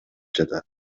жатат